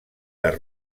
les